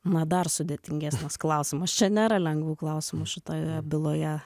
na dar sudėtingesnis klausimas čia nėra lengvų klausimų šitoje byloje